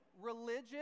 religion